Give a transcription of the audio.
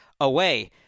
away